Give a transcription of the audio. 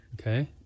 Okay